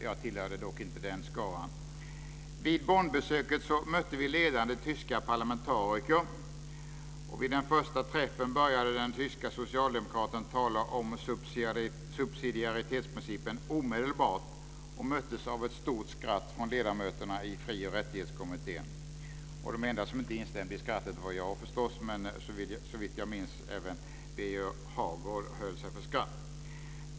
Jag tillhörde dock inte den skaran. Vid Bonnbesöket mötte vi ledande tyska parlamentariker. Vid den första träffen började den tyske socialdemokraten tala om subsidiaritetsprincipen omedelbart och möttes av ett stort skratt från ledamöterna i Fri och rättighetskommittén. De enda som inte instämde i skrattet var, såvitt jag minns, jag och moderaten Birger Hagård.